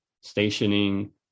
stationing